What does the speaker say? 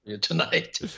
tonight